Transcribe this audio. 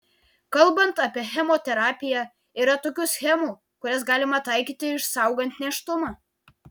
kalbant apie chemoterapiją yra tokių schemų kurias galima taikyti išsaugant nėštumą